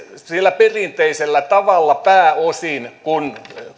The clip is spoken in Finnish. sillä perinteisellä tavalla kun